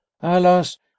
Alas